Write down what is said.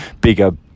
bigger